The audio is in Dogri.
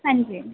हां जी